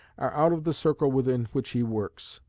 are out of the circle within which he works.